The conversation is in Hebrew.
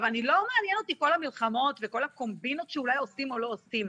לא מעניינות אותי כל המלחמות וכל הקומבינות שאולי עושים או לא עושים.